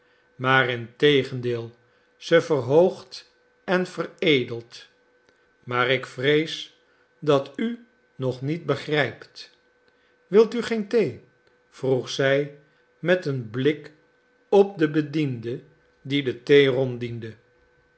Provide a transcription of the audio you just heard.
maar integendeel ze verhoogd en veredeld maar ik vrees dat u nog niet begrijpt wil u geen thee vroeg zij met een blik op den bediende die de thee